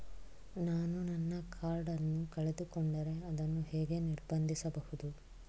ನಾನು ನನ್ನ ಕಾರ್ಡ್ ಅನ್ನು ಕಳೆದುಕೊಂಡರೆ ಅದನ್ನು ಹೇಗೆ ನಿರ್ಬಂಧಿಸಬಹುದು?